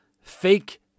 fake